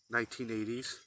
1980s